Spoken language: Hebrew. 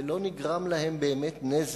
ולא נגרם להם באמת נזק,